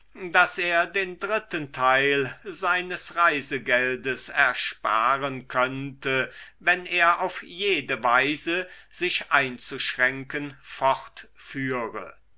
daß er den dritten teil seines reisegeldes ersparen könnte wenn er auf jede weise sich einzuschränken fortführe